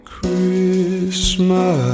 Christmas